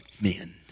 men